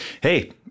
hey